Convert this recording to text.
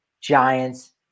Giants